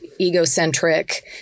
egocentric